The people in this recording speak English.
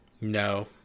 No